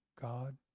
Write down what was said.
God